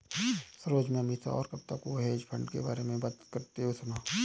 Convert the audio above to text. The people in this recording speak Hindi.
सरोज ने अमीषा और कविता को हेज फंड के बारे में बात करते सुना